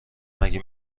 مگه